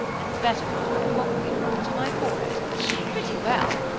and the better part of a congreve rocket on my forehead. pretty well,